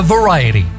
Variety